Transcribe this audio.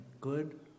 good